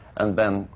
and then,